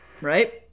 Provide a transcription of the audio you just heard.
right